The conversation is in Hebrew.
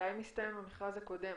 מתי מסתיים המכרז הקודם?